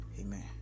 Amen